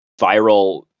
viral